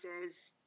says